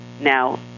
now